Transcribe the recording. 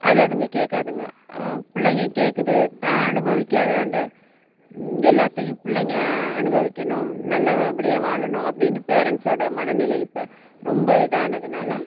அதை அதுங்க கேட்காதுங்க பிள்ளைங்க கேட்குது தான் அனுபவிக்காத அந்த எல்லாத்தையும் பிள்ளைங்க அனுபவிக்கணும் நல்லபடியாக வாழணும் அப்படின்னு பேரண்ட்ஸோட மனநிலை இப்போ ரொம்ப இதானதுனால்